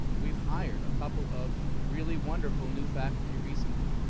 we hired a couple of really wonderful new faculty recently.